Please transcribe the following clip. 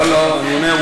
לא, לא, אני אומר: